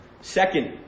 Second